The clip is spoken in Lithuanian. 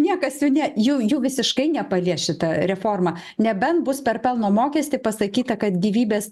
niekas jų ne jų jų visiškai nepalies šita reforma nebent bus per pelno mokestį pasakyta kad gyvybės